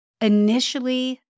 initially